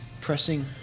pressing